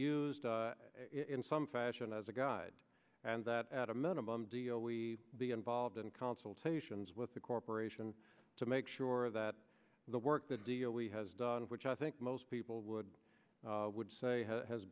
used in some fashion as a guide and that at a minimum deal we be involved in consultations with the corporation to make sure that the work the deal we has done which i think most people would would say has